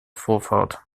vorfahrt